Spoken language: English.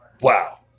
Wow